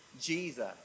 Jesus